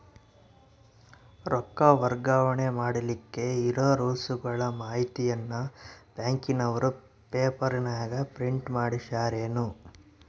ರೊಕ್ಕ ವರ್ಗಾವಣೆ ಮಾಡಿಲಿಕ್ಕೆ ಇರೋ ರೂಲ್ಸುಗಳ ಮಾಹಿತಿಯನ್ನ ಬ್ಯಾಂಕಿನವರು ಪೇಪರನಾಗ ಪ್ರಿಂಟ್ ಮಾಡಿಸ್ಯಾರೇನು?